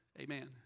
Amen